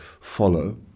follow